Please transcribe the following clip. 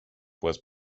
was